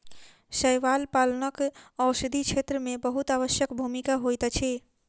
शैवाल पालनक औषधि क्षेत्र में बहुत आवश्यक भूमिका होइत अछि